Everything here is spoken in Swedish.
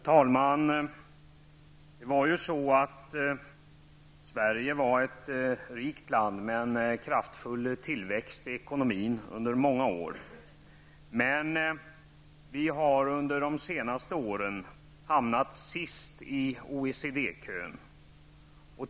Herr talman! Sverige var ett rikt land med en kraftig tillväxt i ekonomin under många år, men vi har under de senaste åren hamnat sist i OECD-kön.